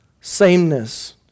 sameness